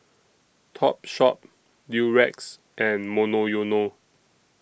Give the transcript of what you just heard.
Topshop Durex and Monoyono